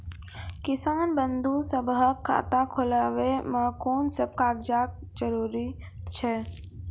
किसान बंधु सभहक खाता खोलाबै मे कून सभ कागजक जरूरत छै?